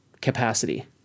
capacity